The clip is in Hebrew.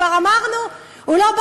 כבר אמרנו, הוא לא בא